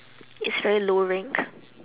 it's very low rank